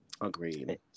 Agreed